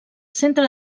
centre